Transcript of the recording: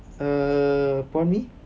uh prawn mee